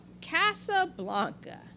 Casablanca